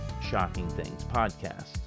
ShockingThingsPodcast